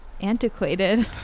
antiquated